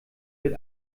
wird